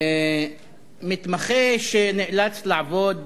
מתמחה שנאלץ לעבוד